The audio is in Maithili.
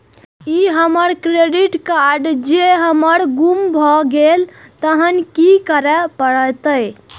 ई हमर क्रेडिट कार्ड जौं हमर गुम भ गेल तहन की करे परतै?